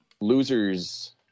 losers